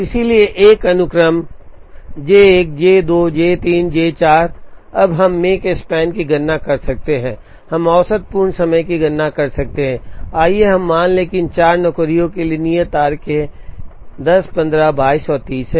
इसलिए एक अनुक्रम J 1 J 2 J 3 J 4 हम अब Makespan की गणना कर सकते हैं हम औसत पूर्ण समय की गणना कर सकते हैं आइए हम मान लें कि इन 4 नौकरियों के लिए नियत तारीखें 10 15 22 और 30 हैं